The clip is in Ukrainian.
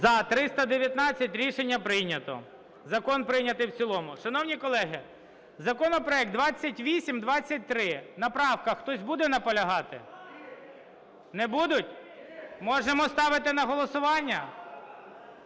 За-319 Рішення прийнято. Закон прийнятий в цілому. Шановні колеги, законопроект 2823. На правках хтось буде наполягати? (Шум у залі) Не будуть? Можемо ставити на голосування?